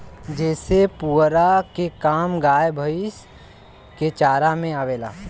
जेसे पुआरा के काम गाय भैईस के चारा में आवेला